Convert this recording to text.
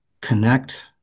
connect